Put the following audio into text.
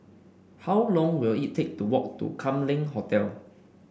how long will it take to walk to Kam Leng Hotel